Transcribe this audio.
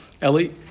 Ellie